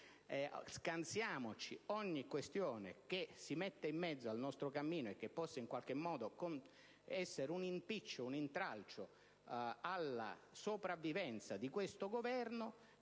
ogni questione che si mette in mezzo al nostro cammino e che possa in qualche modo essere d'intralcio alla sopravvivenza di questo Governo;